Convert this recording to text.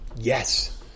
Yes